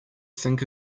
think